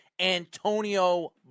Antonio